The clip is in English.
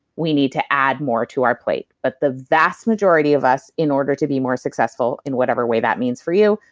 we need to add more to our plate. but the vast majority of us, in order to be more successful in whatever way that means for you,